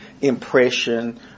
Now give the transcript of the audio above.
impression